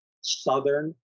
Southern